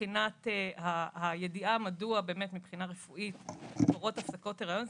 מבחינת הידיעה מדוע מבחינה רפואית קורות הפסקות הריון.